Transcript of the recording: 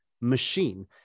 machine